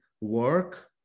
work